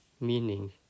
meaning